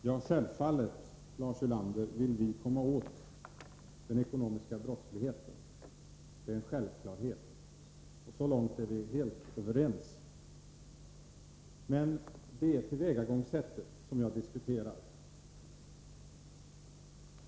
Herr talman! Självfallet vill vi komma åt den ekonomiska brottsligheten, Lars Ulander. Det är en självklarhet, så långt är vi helt överens. Men det är tillvägagångssättet som jag diskuterar.